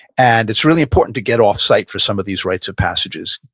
and it's really important to get off site for some of these rites of passages.